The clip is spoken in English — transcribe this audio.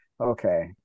okay